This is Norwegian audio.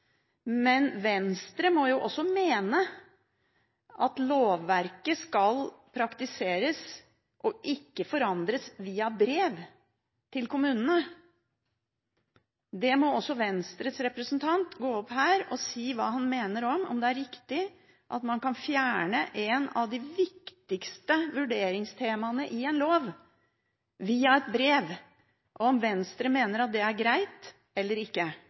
Men Venstre må også mene at lovverket skal praktiseres og ikke forandres via brev til kommunene. Det må også Venstres representant gå opp her og si hva han mener om – om det er riktig at man kan fjerne et av de viktigste vurderingstemaene i en lov, via et brev, og om Venstre mener at det er greit eller ikke.